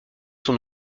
sont